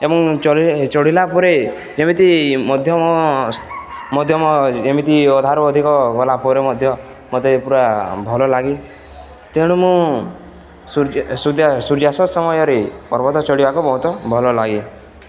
ଏବଂ ଚଢ଼ିଲେ ଚଢ଼ିଲା ପରେ ଯେମିତି ମଧ୍ୟମ ମଧ୍ୟମ ଏମିତି ଅଧାରୁ ଅଧିକ ଗଲା ପରେ ମଧ୍ୟ ମୋତେ ପୁରା ଭଲ ଲାଗେ ତେଣୁ ମୁଁ ସୂର୍ଯ୍ୟାସ୍ତ ସମୟରେ ପର୍ବତ ଚଢ଼ିବାକୁ ବହୁତ ଭଲ ଲାଗେ